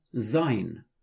sein